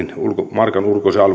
markan